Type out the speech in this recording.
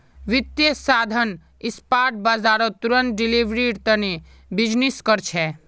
वित्तीय साधन स्पॉट बाजारत तुरंत डिलीवरीर तने बीजनिस् कर छे